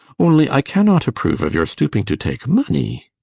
only i cannot approve of your stooping to take money